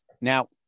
now